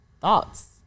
thoughts